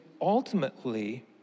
ultimately